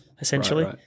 essentially